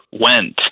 went